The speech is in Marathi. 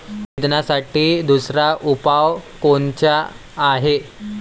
निंदनासाठी दुसरा उपाव कोनचा हाये?